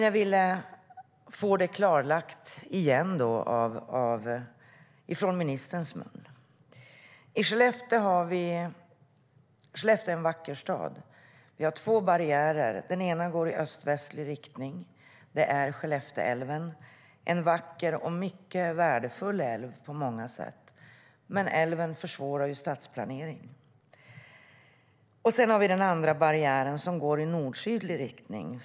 Jag ville dock få det bekräftat av ministern själv. Skellefteå är en vacker stad. Vi har två barriärer. Den ena går i öst-västlig riktning, och det är Skellefteälven. Det är en vacker och på många sätt mycket värdefull älv, men den försvårar stadsplaneringen. Sedan har vi den andra barriären, som går i nord-sydlig riktning.